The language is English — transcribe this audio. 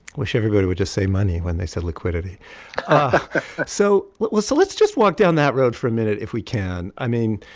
wish everybody would just say money when they said liquidity so let's so let's just walk down that road for a minute if we can. i mean,